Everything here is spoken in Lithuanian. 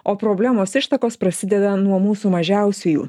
o problemos ištakos prasideda nuo mūsų mažiausiųjų